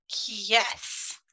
Yes